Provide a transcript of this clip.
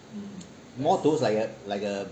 more towards like a like a